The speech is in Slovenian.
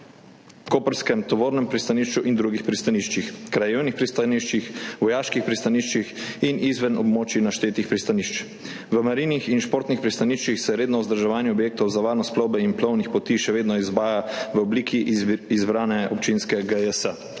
v koprskem tovornem pristanišču in drugih pristaniščih, krajevnih pristaniščih, vojaških pristaniščih in izven območij naštetih pristanišč. V marinah in športnih pristaniščih se redno vzdrževanje objektov za varnost plovbe in plovnih poti še vedno izvaja v obliki izbrane občinske GJS.